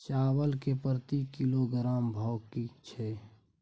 चावल के प्रति किलोग्राम भाव की छै?